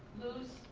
loose.